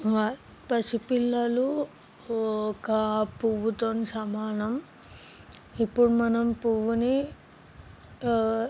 పసిపిల్లలు ఒక పువ్వుతో సమానం ఇప్పుడు మనం పువ్వుని